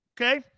Okay